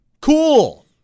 Cool